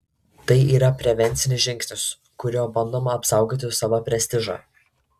tai yra prevencinis žingsnis kuriuo bandoma apsaugoti savo prestižą